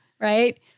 right